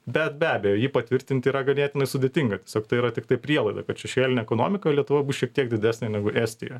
bet be abejo jį patvirtint yra ganėtinai sudėtinga tiesiog tai yra tiktai prielaida kad šešėlinė ekonomika lietuvoj bus šiek tiek didesnė negu estijoj